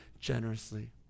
generously